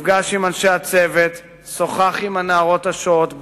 נפגש עם אנשי הצוות ושוחח עם הנערות השוהות בו.